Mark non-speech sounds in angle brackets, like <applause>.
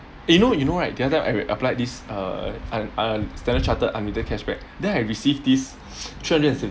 eh you know you know right the other time I applied this uh un~ uh Standard Chartered unlimited cashback then I receive this <breath> three hundred and